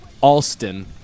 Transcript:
Alston